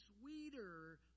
sweeter